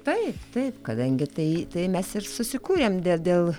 taip taip kadangi tai tai mes ir susikūrėm dėl dėl